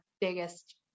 biggest